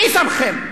מי שמכם?